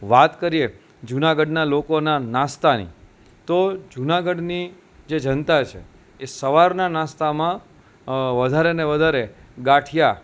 વાત કરીએ જુનાગઢના લોકોના નાસ્તાની તો જુનાગઢની જે જનતા છે એ સવારના નાસ્તામાં વધારે ને વધારે ગાંઠિયા